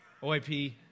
OIP